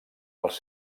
els